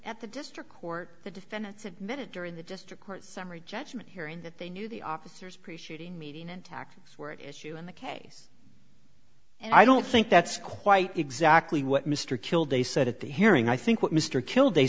at the district court the defendants admitted during the district court summary judgment hearing that they knew the officers appreciating meeting and taxes were at issue in the case and i don't think that's quite exactly what mr kilday said at the hearing i think what mr killed they